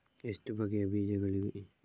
ಎಷ್ಟು ಬಗೆಯ ಬೀಜಗಳಿವೆ?